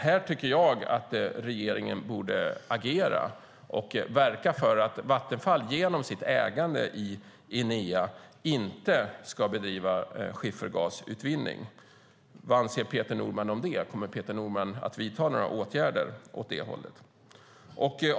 Här tycker jag att regeringen borde agera och verka för att Vattenfall genom sitt ägande i Enea inte ska bedriva schiffergasutvinning. Vad anser Peter Norman om det? Kommer Peter Norman att vidta några åtgärder åt det hållet?